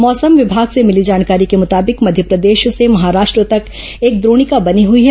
मौसम विभाग से मिली जानकारी के मुताबिक मध्यप्रदेश से महाराष्ट्र तक एक द्रोणिका बनी हुई है